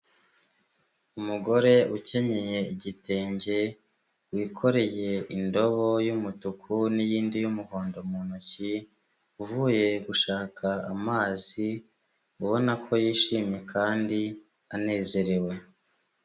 Umugore ukenye igitenge ,wikoreye indobo y'umutuku niyindi y'umuhondo mu ntoki ,uvuye gushaka amazi ,ubona ko yishimye kandi anezerewe.